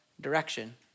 direction